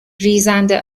ریزنده